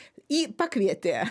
į pakvietė